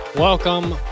Welcome